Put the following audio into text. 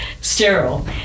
sterile